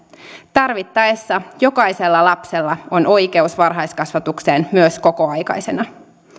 tarvittaessa jokaisella lapsella on oikeus varhaiskasvatukseen myös kokoaikaisena